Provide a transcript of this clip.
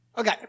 Okay